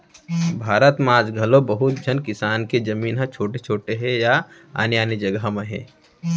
भारत म आज घलौ बहुत झन किसान के जमीन ह छोट छोट हे या आने आने जघा म हे